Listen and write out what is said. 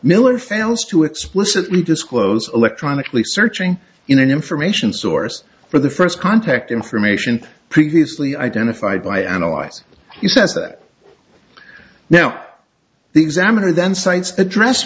miller fails to explicitly disclose electronically searching in an information source for the first contact information previously identified by analyze he says that now the examiner then sites address